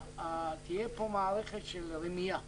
תהיה פה מערכת של רמייה,